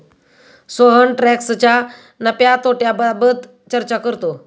सोहन टॅक्सच्या नफ्या तोट्याबाबत चर्चा करतो